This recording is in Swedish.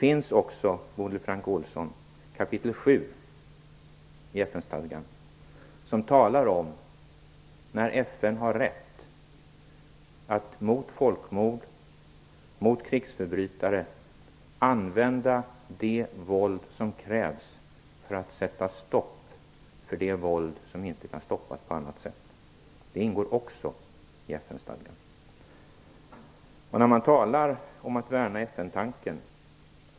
I kap. 7 i FN-stadgan, Bodil Francke Ohlsson, talas om när FN har rätt att mot folkmord, mot krigsförbrytare använda det våld som krävs för att sätta stopp för det våld som inte kan stoppas på annat sätt. Det ingår också i FN-stadgan. Man talar om att värna FN-tanken.